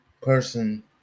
person